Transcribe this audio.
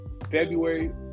February